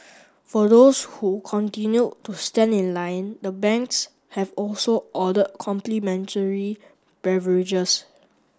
for those who continued to stand in line the banks have also ordered complimentary beverages